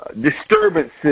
disturbances